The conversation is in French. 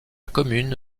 commune